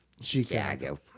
Chicago